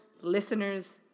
listeners